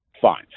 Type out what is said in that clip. fine